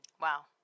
Wow